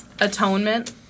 Atonement